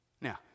Now